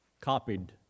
copied